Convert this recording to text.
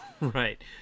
Right